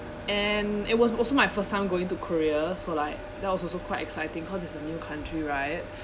and it was also my first time going to korea so like that was also quite exciting because it's a new country right